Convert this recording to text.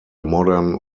modern